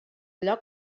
allò